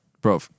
bro